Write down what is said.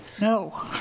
No